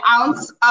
ounce